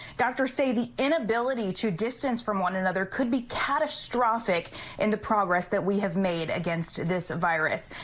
doctors say the inability to distance from one another could be catastrophic in the progress that we have made against this virus.